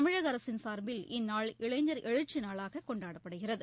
தமிழக அரசின் சார்பில் இந்நாள் இளைஞர் எழுச்சி நாளாக கொண்டாடப்படுகிறது